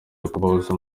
bahuza